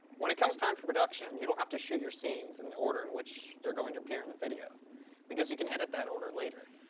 when it comes time for production, you don't have to shoot your scenes in the order in which they are going to appear in the video because you can edit the order later.